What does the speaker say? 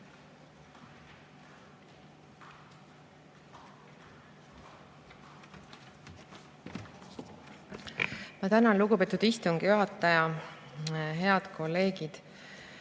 Ma tänan, lugupeetud istungi juhataja! Head kolleegid!